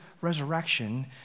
resurrection